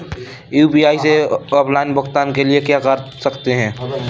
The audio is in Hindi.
यू.पी.आई से ऑफलाइन भुगतान के लिए क्या कर सकते हैं?